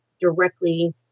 directly